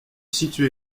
situé